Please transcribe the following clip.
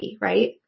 Right